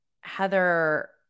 Heather